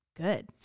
good